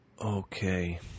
okay